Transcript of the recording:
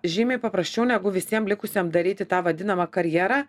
žymiai paprasčiau negu visiem likusiem daryti tą vadinamą karjerą